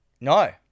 No